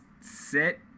sit